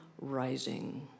Rising